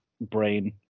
brain